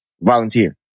Volunteer